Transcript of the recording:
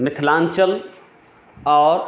मिथिलाञ्चल आओर